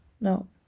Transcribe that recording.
no